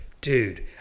Dude